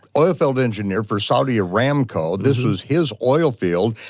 oil field engineer for saudi aramco, this is his oil field,